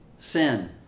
Sin